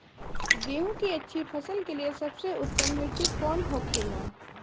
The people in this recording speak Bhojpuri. गेहूँ की अच्छी फसल के लिए सबसे उत्तम मिट्टी कौन होखे ला?